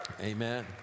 Amen